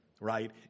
right